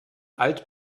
alt